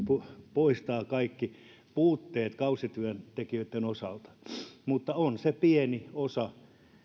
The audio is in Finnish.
poistaa kaikki puutteet kausityöntekijöitten osalta mutta tämä on se pieni osa